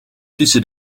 tussen